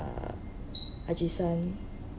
uh Ajisen